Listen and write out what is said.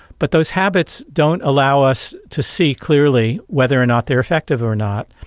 but those habits don't allow us to see clearly whether or not they are effective or not.